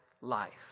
life